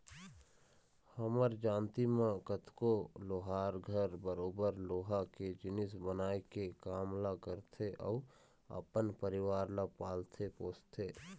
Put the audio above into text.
हमर जानती म कतको लोहार घर बरोबर लोहा के जिनिस बनाए के काम ल करथे अउ अपन परिवार ल पालथे पोसथे